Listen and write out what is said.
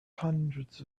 hundreds